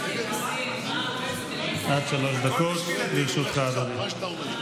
עד שלוש דקות לרשותך, אדוני.